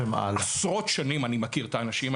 עשרות שנים אני מכיר את האנשים,